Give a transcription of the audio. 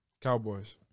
Cowboys